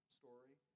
story